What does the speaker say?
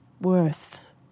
worth